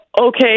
Okay